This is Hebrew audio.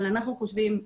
אבל אנחנו חושבים,